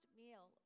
meal